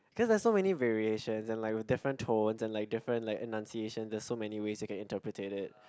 cause there's so many variations and like with different tones and like different enunciations there's so many different ways that you can interpret it